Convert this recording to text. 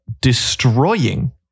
destroying